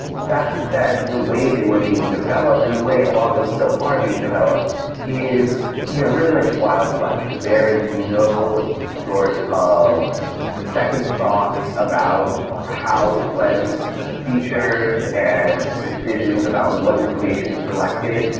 that said, the way they were being developed and the way a lot of them still are being developed is you know really like the wild west. there is no sort of second thoughts about how when features and decisions about what information is collected,